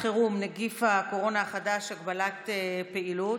(נגיף הקורונה החדש, הגבלת פעילות).